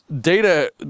data